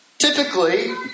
typically